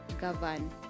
govern